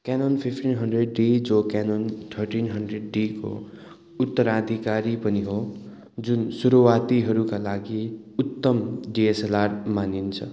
Canon fifteen hundred D जो Canon thirteen hundred डीको उत्तराधिकारी पनि हो जुन सुरुवातीहरूका लागि उत्तम डिएसएलआर मानिन्छ